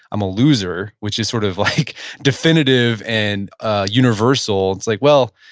i'm a loser, which is sort of like definitive and ah universal. it's like, well,